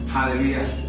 Hallelujah